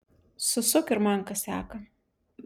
susuk ir man kasiaką